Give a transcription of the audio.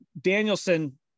Danielson